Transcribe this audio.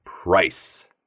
price